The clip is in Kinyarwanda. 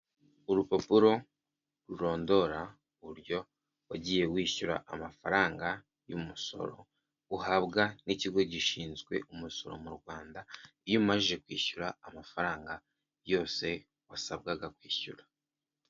Urupapuro rurondora uburyo wagiye wishyura amafaranga y'umusoro, uhabwa n'ikigo gishinzwe umusoro mu Rwanda, iyo umaze kwishyura amafaranga yose wasabwaga kwishyura.